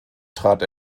trat